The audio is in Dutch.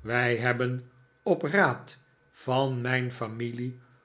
wij hebben op raad van mijn familie